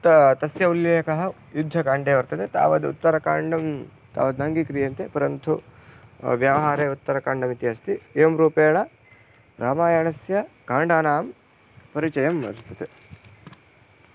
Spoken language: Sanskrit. त तस्य उल्लेखः युद्धकाण्डे वर्तते तावद् उत्तरकाण्डं तावद् नाङ्गीक्रियन्ते परन्तु व्यावहारे उत्तरकाण्डमिति अस्ति एवंरूपेण रामायणस्य काण्डानां परिचयः वर्तते